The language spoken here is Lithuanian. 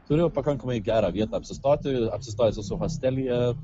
turėjau pakankamai gerą vietą apsistoti apsistojęs esu hostelyje